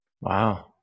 wow